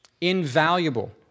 Invaluable